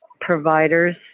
providers